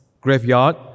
Graveyard